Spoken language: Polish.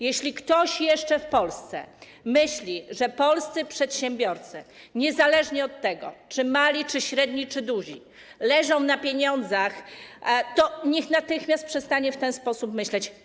Jeśli ktoś jeszcze w Polsce myśli, że polscy przedsiębiorcy - niezależnie od tego czy mali, czy średni, czy duzi - leżą na pieniądzach, to niech natychmiast przestanie w ten sposób myśleć.